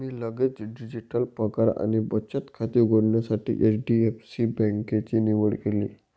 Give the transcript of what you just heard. मी लगेच डिजिटल पगार आणि बचत खाते उघडण्यासाठी एच.डी.एफ.सी बँकेची निवड केली